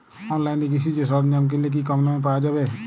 অনলাইনে কৃষিজ সরজ্ঞাম কিনলে কি কমদামে পাওয়া যাবে?